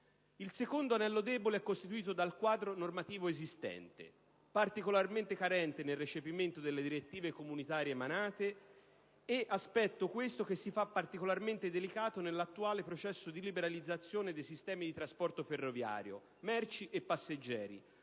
Il secondo anello debole è costituito dal quadro normativo esistente, particolarmente carente nel recepimento delle direttive comunitarie emanate, aspetto, questo, che si fa particolarmente delicato nell'attuale processo di liberalizzazione dei sistemi di trasporto ferroviario, merci e passeggeri,